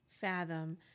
fathom